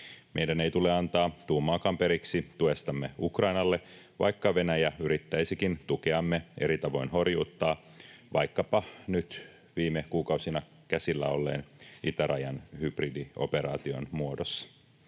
Meidän ei tule antaa tuumaakaan periksi tuestamme Ukrainalle, vaikka Venäjä yrittäisikin tukeamme eri tavoin horjuttaa, vaikkapa nyt viime kuukausina käsillä olleen itärajan hybridioperaation muodossa.